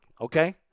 okay